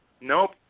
Nope